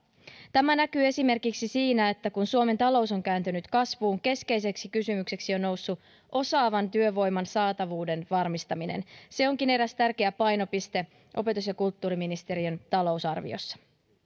tämä näkyy esimerkiksi siinä että kun suomen talous on kääntynyt kasvuun keskeiseksi kysymykseksi on noussut osaavan työvoiman saatavuuden varmistaminen se onkin eräs tärkeä painopiste opetus ja kulttuuriministeriön talousarviossa